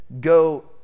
Go